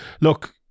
look